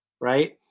Right